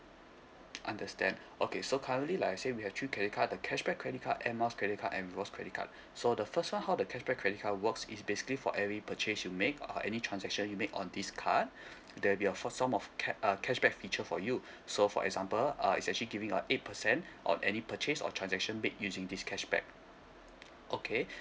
understand okay so currently like I say we have three credit card the cashback credit card Air Miles credit card and rewards credit card so the first one how the cashback credit card works is basically for every purchase you make or any transaction you make on this card there'll be a first sum of cash uh cashback feature for you so for example uh is actually giving a eight percent on any purchase or transaction made using this cashback okay